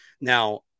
Now